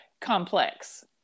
complex